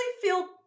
feel